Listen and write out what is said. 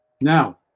Now